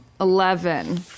Eleven